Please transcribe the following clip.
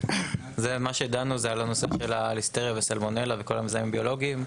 זה מה שדנו זה על הנושא של ליסטריה וסלמונלה וכל המזהמים הביולוגיים.